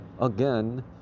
again